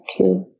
Okay